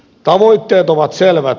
tavoitteet ovat selvät